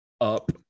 up